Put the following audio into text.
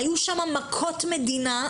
היו שם מכות מדינה.